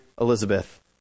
Elizabeth